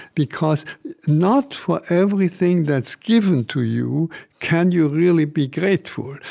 because not for everything that's given to you can you really be grateful.